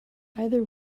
either